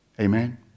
Amen